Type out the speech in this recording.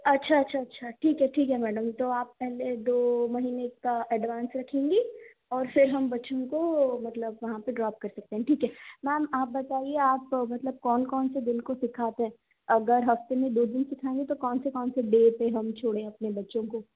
अच्छा अच्छा अच्छा ठीक है ठीक है मैडम तो आप पहले दो महीने का एडवान्स रखेंगी और फिर हम बच्चों को मतलब वहाँ पर ड्रॉप कर सकते हैं ठीक है मैम आप बताइए आप मतलब कौन कौन से दिन को सिखाते हैं अगर हफ्ते में दो दिन सिखाएंगे तो कौन से कौन से डे पर हम छोड़ें अपने बच्चों को